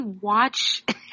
watch